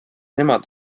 nemad